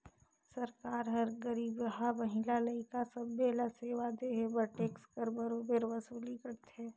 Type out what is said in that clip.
सरकार हर गरीबहा, महिला, लइका सब्बे ल सेवा देहे बर टेक्स कर बरोबेर वसूली करथे